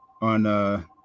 On